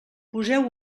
poseu